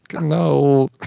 No